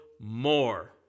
more